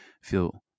feel